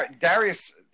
Darius